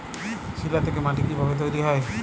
শিলা থেকে মাটি কিভাবে তৈরী হয়?